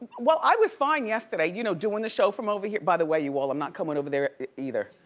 well, i was fine yesterday, you know doin' the show from over here. by the way, you all, i'm not comin' over there either,